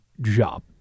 job